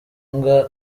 mbwa